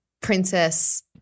princess